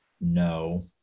no